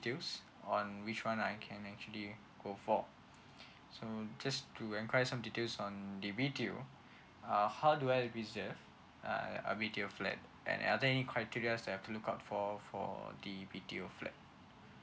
details on which one I can actually go for so just to enquire some details on the BTO uh how do I reserve a a BTO flat and are there any criteria that I have to look out for for the BTO flat